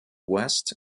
west